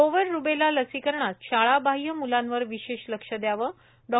गोवर रूबेला लसिकरणात शाळा बाह्य म्लांवर विशेष लक्ष द्याव डॉ